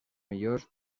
millors